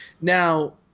now